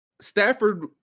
Stafford